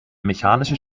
mechanische